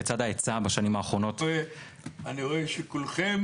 בצד ההיצע בשנים האחרונות --- אני רואה שכולכם